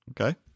Okay